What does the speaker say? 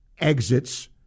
exits